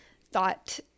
thought